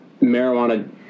marijuana